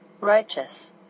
Righteous